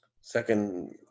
Second